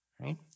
right